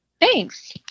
Thanks